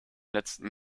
letzten